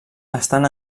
estan